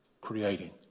Creating